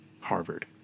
Harvard